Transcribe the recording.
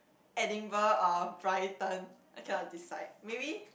Edinburgh or Brighton I cannot decide maybe